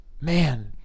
man